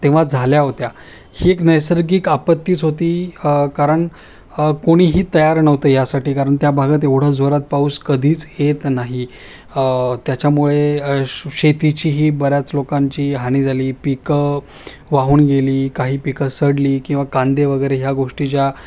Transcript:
तेव्हा झाल्या होत्या ही एक नैसर्गिक आपत्तीच होती कारण कोणीही तयार नव्हतं यासाठी कारण त्या भागात एवढं जोरात पाऊस कधीच येत नाही त्याच्यामुळे शेतीचीही बऱ्याच लोकांची हानी झाली पिकं वाहून गेली काही पिकं सडली किंवा कांदे वगैरे ह्या गोष्टी ज्या